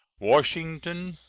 washington,